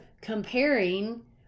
comparing